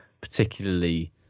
particularly